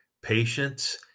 patience